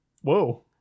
Whoa